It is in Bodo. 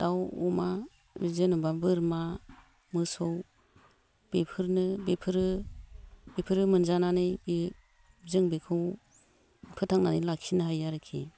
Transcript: दाउ अमा जेन'बा बोरमा मोसौ बेफोरनो बेफोरो बेफोरो मोनजानानै बे जों बेखौ फोथांनानै लाखिनो हायो आरखि